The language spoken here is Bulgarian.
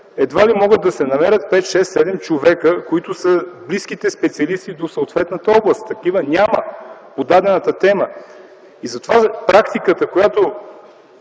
едва ли могат да се намерят пет-шест-седем човека, които са близките специалисти до съответната област. Такива няма по дадената тема. И затова ние дълго